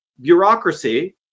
bureaucracy